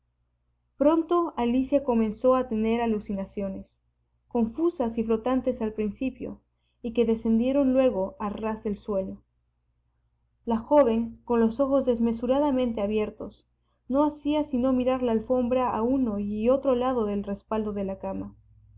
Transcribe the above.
pronto alicia comenzó a tener alucinaciones confusas y flotantes al principio y que descendieron luego a ras del suelo la joven con los ojos desmesuradamente abiertos no hacía sino mirar la alfombra a uno y otro lado del respaldo de la cama